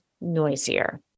noisier